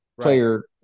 player